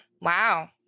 Wow